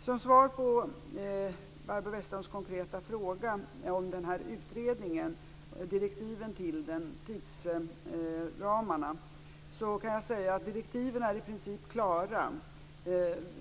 Som svar på Barbro Westerholms konkreta fråga om utredningen och direktiven och tidsramarna för den kan jag säga att direktiven i princip är klara.